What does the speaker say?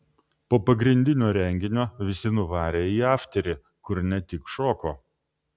po pagrindinio renginio visi nuvarė į afterį kur ne tik šoko